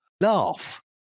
laugh